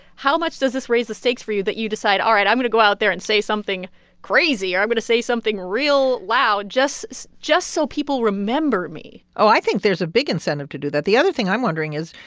how much does this raise the stakes for you that you decide, all right i'm going to go out there and say something crazy? or i'm going but to say something real loud just just so people remember me? oh, i think there's a big incentive to do that. the other thing i'm wondering is,